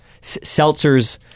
seltzers